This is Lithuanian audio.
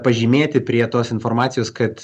pažymėti prie tos informacijos kad